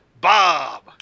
Bob